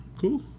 cool